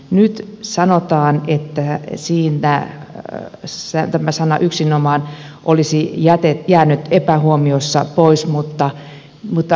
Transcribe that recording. nyt sanotaan että siinä tämä sana yksinomaan olisi jäänyt epähuomiossa pois mutta entä sitten